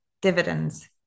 dividends